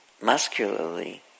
muscularly